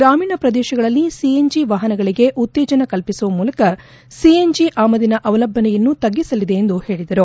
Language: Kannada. ಗ್ರಾಮೀಣ ಪ್ರದೇಶಗಳಲ್ಲಿ ಸಿಎನ್ ಜಿ ವಾಹನಗಳಿಗೆ ಉತ್ತೇಜನ ಕಲ್ಪಿಸುವ ಮೂಲಕ ಸಿಎನ್ ಜಿ ಆಮದಿನ ಅವಲಂಬನೆಯನ್ನು ತಗ್ಗಿಸಲಿದೆ ಎಂದು ತಿಳಿಸಿದರು